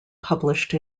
published